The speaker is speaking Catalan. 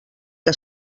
que